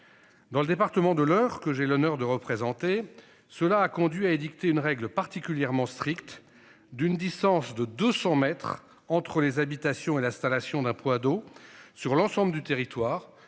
Dans le département de l'Eure que j'ai l'honneur de représenter. Cela a conduit à édicter une règle particulièrement strict d'une distance de 200 mètres entre les habitations et l'installation d'un point d'eau sur l'ensemble du territoire,